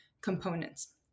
components